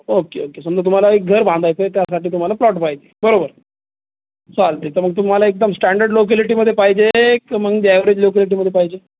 okay okay समजा तुम्हाला एक घर बांधायचं आहे त्यासाठी तुम्हाला प्लॉट पाहिजे बरोबर चालतं आहे तर मग तुम्हाला एकदम स्टँडर्ड लोकेलिटीमध्ये पाहिजे एक मग जे ॲवरेज लोकेलिटीमध्ये पाहिजे